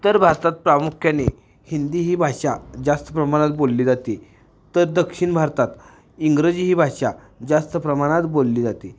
तर भारतात प्रामुख्याने हिंदी ही भाषा जास्त प्रमाणात बोलली जाते तर दक्षिण भारतात इंग्रजी ही भाषा जास्त प्रमाणात बोलली जाते